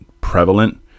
prevalent